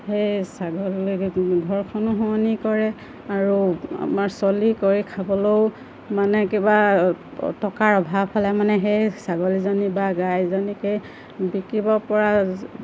সেই ছাগলী ঘৰখনো শুৱনি কৰে আৰু আমাৰ চলি কৰি খাবলৈও মানে কিবা টকাৰ অভাৱ হ'লে মানে সেই ছাগলীজনী বা গাই এজনীকে বিকিব পৰা